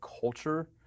culture